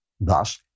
Thus